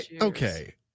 Okay